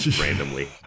randomly